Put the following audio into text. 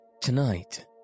Tonight